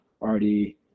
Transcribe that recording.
already